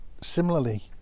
similarly